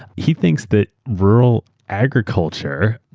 he thinks that rural agriculture,